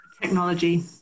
Technology